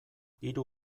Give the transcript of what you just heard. hiru